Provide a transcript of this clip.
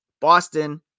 Boston